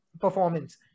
performance